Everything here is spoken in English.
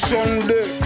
Sunday